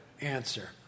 answer